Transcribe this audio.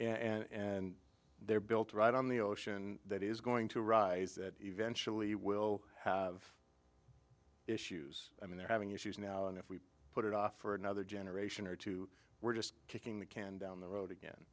a and they're built right on the ocean that is going to rise that eventually will have issues i mean they're having issues now and if we put it off for another generation or two we're just kicking the can down the road again